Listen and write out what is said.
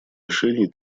решений